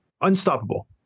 unstoppable